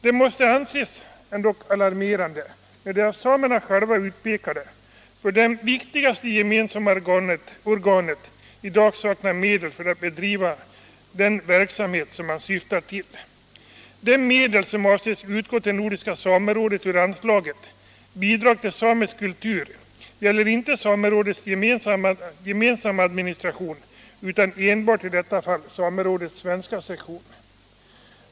Det måste anses alarmerande att det av samerna själva utpekade för dem viktigaste gemensamma organet i dag saknar medel att bedriva den verksamhet man siktar till. De medel som avses utgå till Nordiska samerådet ur anslaget Bidrag till samisk kultur gäller inte samerådets gemensamma administration utan enbart i detta fall samerådets svenska sektion.